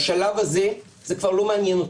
בשלב הזה זה כבר לא מעניין אותה.